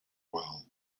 well